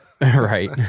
right